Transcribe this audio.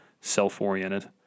self-oriented